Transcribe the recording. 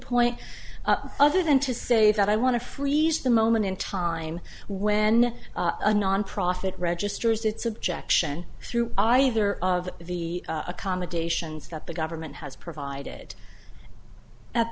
point other than to say that i want to freeze the moment in time when a nonprofit registers its objection through either of the accommodations that the government has provided at